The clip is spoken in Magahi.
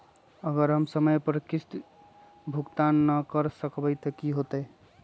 अगर हम समय पर किस्त भुकतान न कर सकवै त की होतै?